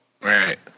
Right